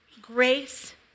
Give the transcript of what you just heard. grace